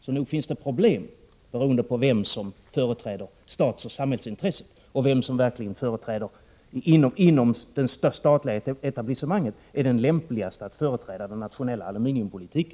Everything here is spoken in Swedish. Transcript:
Så nog finns det problem beroende på vem som företräder statsoch samhällsintresset och vem som inom det statliga etablissemanget är den lämpligaste att företräda den nationella aluminiumpolitiken.